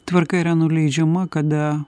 tvarka yra nuleidžiama kada